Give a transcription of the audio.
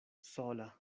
sola